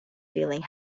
feeling